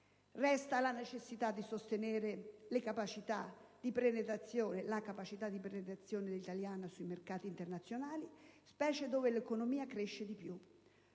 Resta la necessità di sostenere la capacità di penetrazione italiana sui mercati internazionali, specie dove l'economia cresce di più.